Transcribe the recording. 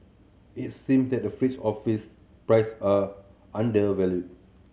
it seem that fringes office price a undervalued